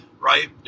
right